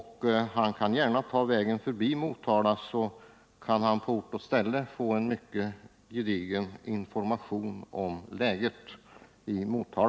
Han kan gärna ta vägen förbi Motala så kan han på ort och ställe få en mycket gedigen information om läget där.